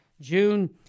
June